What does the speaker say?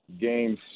games